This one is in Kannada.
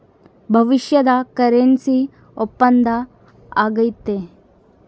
ಭವಿಷ್ಯದ ಕರೆನ್ಸಿ ಒಪ್ಪಂದ ಆಗೈತೆ